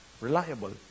Reliable